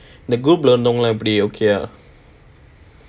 so then tha~ that group lah இருந்தவங்கலாம் எப்படி:irunthavangalaam epdi nobody okay ah